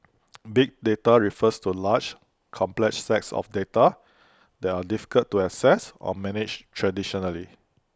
big data refers to large complex sets of data that are difficult to access or manage traditionally